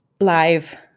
live